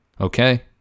Okay